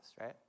right